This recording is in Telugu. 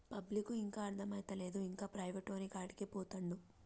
పబ్లిక్కు ఇంకా అర్థమైతలేదు, ఇంకా ప్రైవేటోనికాడికే పోతండు